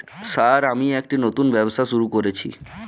Sir আমি একটি নতুন ব্যবসা শুরু করেছি?